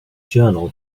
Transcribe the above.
journal